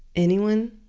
anyone?